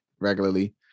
regularly